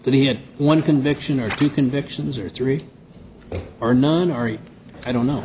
that he had one conviction or two convictions or three or non ari i don't know